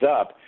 up